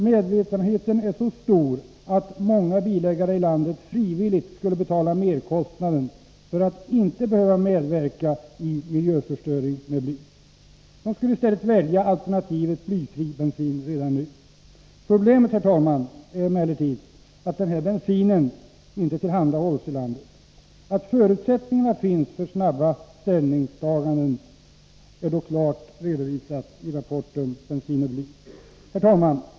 Medvetenheten är så stor att många bilägare i landet frivilligt skulle betala merkostnaden för att inte behöva medverka i miljöförstöringen med bly. De skulle i stället välja alternativet blyfri bensin redan nu. Problemet, herr talman, är emellertid att denna bensin inte tillhandahålls i landet. Att förutsättningarna finns för snabba ställningstaganden är dock klart redovisat i rapporten Bensin och bly. Herr talman!